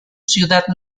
ciudad